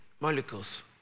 molecules